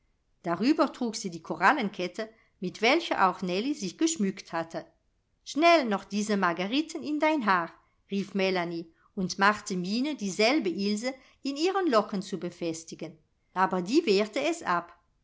darüber trug sie die korallenkette mit welcher auch nellie sich geschmückt hatte schnell noch diese margueriten in dein haar rief melanie und machte miene dieselbe ilse in ihren locken zu befestigen aber die wehrte es ab